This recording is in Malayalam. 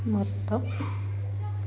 മൊത്തം